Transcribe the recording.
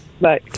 Bye